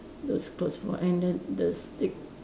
those clothes for and then the stick